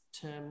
term